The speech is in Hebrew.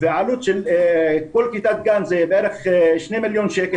והעלות של כל כיתת גן זה בערך 2 מיליון שקל